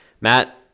Matt